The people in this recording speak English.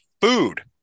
food